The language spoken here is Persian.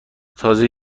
تازه